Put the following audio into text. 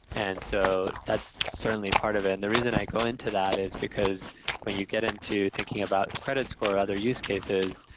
and so that's certainly part of it. the reason i go into that is because when you get into thinking about credit score or other use cases,